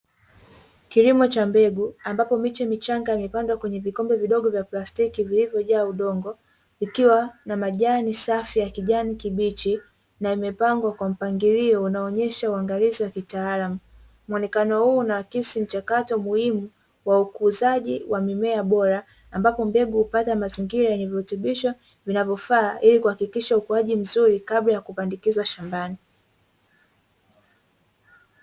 Kilimo cha mbegu ambapo miche michanga imepandwa, kwenye vikombe vidogo vya plastiki vilivyo jazwa udongo vikiwa na majani, safi ya kijani kibichi na yamepangwa kwa mpangilio unaoonyesha. uangalizi wa kitaalamu muonekano huo unahakisi mchakato muhimu wa ukuzaji wa mimea bora ambapo mbegu hupata, mazingira yenye virutubisho vinavyo faa ili kuhakikisha ukuaji mzuri kabla ya kupandikizwa shambani.